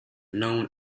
known